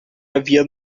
havia